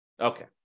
Okay